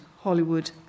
Hollywood